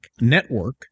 network